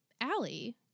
Allie